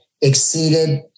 exceeded